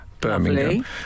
Birmingham